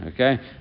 Okay